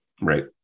right